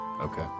Okay